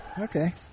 Okay